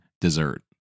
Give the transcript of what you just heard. dessert